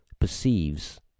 perceives